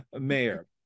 mayor